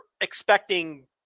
expecting